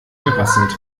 gerasselt